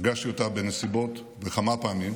פגשתי אותה בנסיבות, בכמה פעמים,